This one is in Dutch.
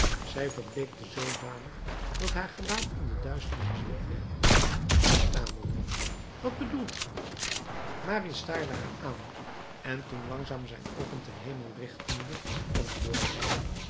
zij verbleekte zoodanig dat haar gelaat in de duisternis wit werd zij stamelde wat bedoelt ge marius staarde haar aan en toen langzaam zijn oogen ten hemel richtende antwoordde hij